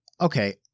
okay